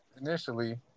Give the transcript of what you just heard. initially